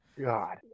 God